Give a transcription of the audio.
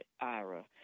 IRA